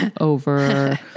Over